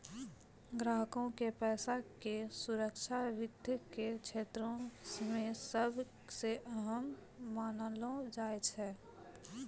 ग्राहको के पैसा के सुरक्षा वित्त के क्षेत्रो मे सभ से अहम मानलो जाय छै